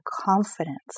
confidence